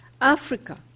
Africa